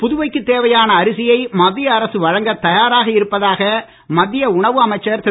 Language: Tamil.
புதுவைக்கு தேவையான அரிசியை மத்திய அரசு வழங்க தயாராக இருப்பதாக மத்திய உணவு அமைச்சர் திரு